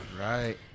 right